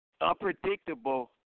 unpredictable